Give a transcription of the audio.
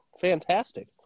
fantastic